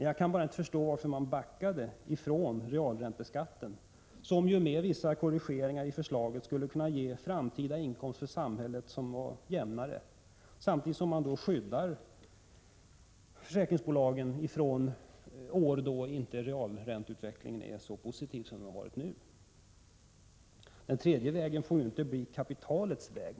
Jag kan bara inte förstå varför regeringen backade beträffande realränteskatten, som ju, med vissa korrigeringar i förslaget, skulle kunnat ge en jämnare framtida inkomst för samhället, samtidigt som man skulle skydda försäkringsbolagen under de år då realränteutvecklingen inte är så positiv som den har varit nu. Den tredje vägen får inte bli kapitalets väg.